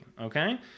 okay